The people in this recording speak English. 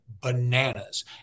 bananas